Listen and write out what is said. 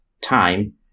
time